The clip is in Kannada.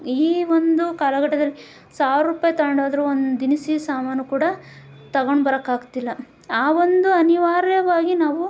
ಈ ಒಂದು ಕಾಲಘಟ್ಟದಲ್ಲಿ ಸಾವಿರ ರೂಪಾಯಿ ತಗಂಡೋದ್ರೂ ಒಂದು ದಿನಸಿ ಸಾಮಾನು ಕೂಡ ತಗೊಂಡು ಬರೋಕಾಗ್ತಿಲ್ಲ ಆ ಒಂದು ಅನಿವಾರ್ಯವಾಗಿ ನಾವು